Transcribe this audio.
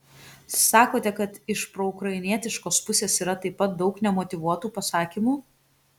sakote kad iš proukrainietiškos pusės yra taip pat daug nemotyvuotų pasakymų